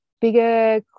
bigger